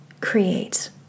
create